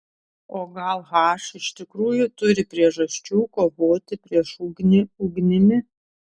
o gal h iš tikrųjų turi priežasčių kovoti prieš ugnį ugnimi